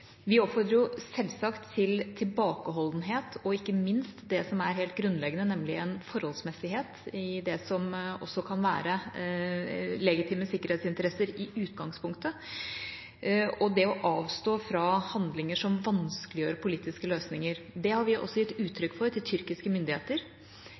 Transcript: Vi oppfordrer selvsagt til tilbakeholdenhet og ikke minst det som er helt grunnleggende, nemlig en forholdsmessighet i det som også kan være legitime sikkerhetsinteresser i utgangspunktet, og til det å avstå fra handlinger som vanskeliggjør politiske løsninger. Det har vi også gitt